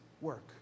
work